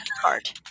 card